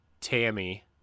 Tammy